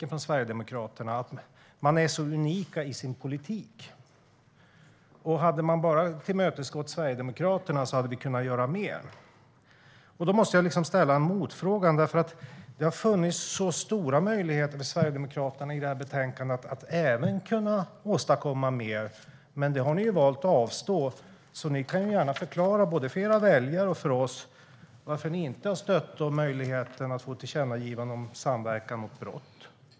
De vill göra gällande att de är så unika i sin politik, och hade vi bara tillmötesgått Sverigedemokraterna hade vi kunnat göra mer. Då måste jag ställa en motfråga. Det har funnits stora möjligheter i det här betänkandet att åstadkomma mer, men ni har valt att avstå. Ni kan gärna förklara för era väljare och för oss varför ni inte har stött möjligheten att få ett tillkännagivande om samverkan mot brott.